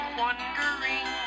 wondering